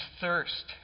thirst